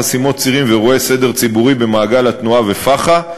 חסימות צירים ואירועי הפרת סדר ציבורי במעגל התנועה ופח"ע,